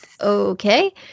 okay